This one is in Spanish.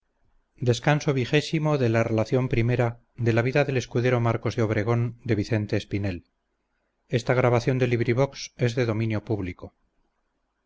la donosa narración de las aventuras del escudero marcos de obregón